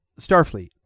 Starfleet